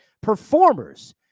performers